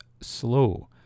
slow